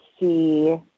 see